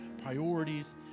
priorities